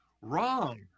Wrong